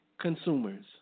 consumers